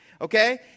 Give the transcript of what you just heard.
Okay